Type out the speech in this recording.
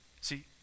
See